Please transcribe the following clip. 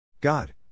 God